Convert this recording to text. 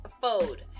fold